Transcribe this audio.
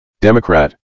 Democrat